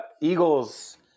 Eagles